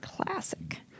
Classic